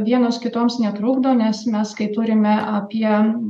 vienos kitoms netrukdo nes mes kai turime apie